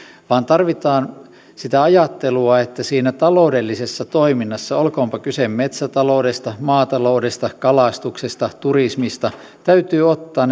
vaan tarvitaan sitä ajattelua että siinä taloudellisessa toiminnassa olkoonpa kyse metsätaloudesta maataloudesta kalastuksesta turismista täytyy ottaa